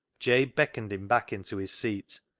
jabe beckoned him back into his seat,